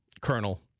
colonel